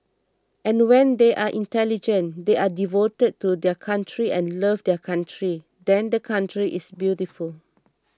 and when they are intelligent they are devoted to their country and love their country then the country is beautiful